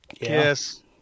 Yes